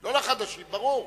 לא החדשים, ברור.